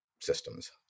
systems